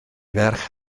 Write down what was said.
ferch